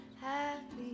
happy